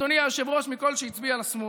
אדוני היושב-ראש, מקול שהצביע לשמאל,